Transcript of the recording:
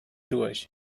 durch